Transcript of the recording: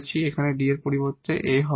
এখানে D এর পরিবর্তে a হবে